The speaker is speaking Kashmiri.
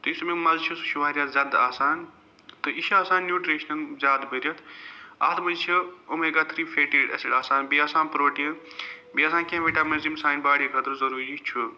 تہٕ یُس مَزٕ چھِ سُہ چھُ واریاہ زیادٕ آسان تہٕ یہِ چھِ آسان نیوٗٹریٖشَن زیادٕ بٔرِتھ اَتھ مَنٛز چھِ اوٚمیگا تھِرٛی فیٹی اٮ۪سِڈ آسان بیٚیہِ آسان پرٛوٹیٖن بیٚیہِ آسان کیٚنٛہہ وِٹَمِنٕز یِم سانہِ باڑی خٲطرٕ ضٔروٗری چھُ